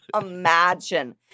imagine